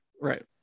Right